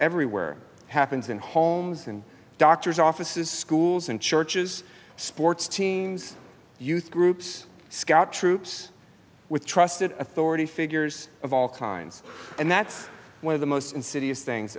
everywhere happens in homes and doctors offices schools and churches sports teams youth groups scout troops with trusted authority figures of all kinds and that's one of the most insidious things